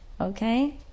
Okay